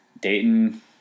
Dayton